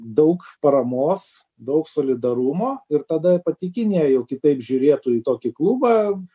daug paramos daug solidarumo ir tada pati kinija jau kitaip žiūrėtų į tokį klubą